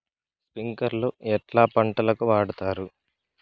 స్ప్రింక్లర్లు ఎట్లా పంటలకు వాడుతారు?